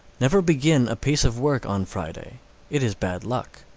never begin a piece of work on friday it is bad luck.